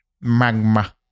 Magma